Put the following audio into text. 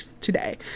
today